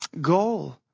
goal